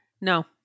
No